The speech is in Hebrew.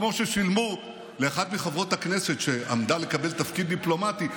כמו ששילמו לאחת מחברות הכנסת שעמדה לקבל תפקיד דיפלומטי.